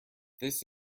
this